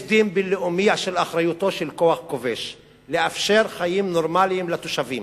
יש דין בין-לאומי של אחריותו של כוח כובש לאפשר חיים נורמליים לתושבים.